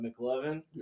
McLovin